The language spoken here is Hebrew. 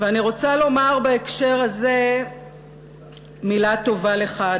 ואני רוצה לומר בהקשר הזה מילה טובה לך,